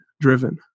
driven